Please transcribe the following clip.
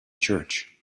church